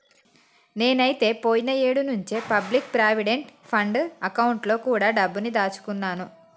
నేనైతే పోయిన ఏడు నుంచే పబ్లిక్ ప్రావిడెంట్ ఫండ్ అకౌంట్ లో కూడా డబ్బుని దాచుకున్నాను